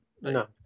No